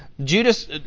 Judas